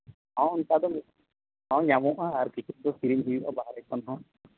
ᱦᱮᱸ ᱚᱱᱠᱟ ᱫᱚ ᱦᱚᱸ ᱧᱟᱢᱚᱜᱟ ᱟᱨ ᱠᱤᱪᱷᱩᱠ ᱫᱚ ᱠᱤᱨᱤᱧ ᱦᱩᱭᱩᱜᱟ ᱵᱟᱦᱨᱮ ᱠᱷᱚᱱ ᱦᱚᱸ